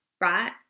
right